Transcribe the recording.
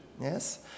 yes